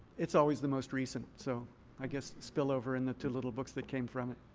it's always the most recent. so i guess spillover and the two little books that came from it.